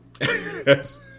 Yes